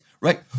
Right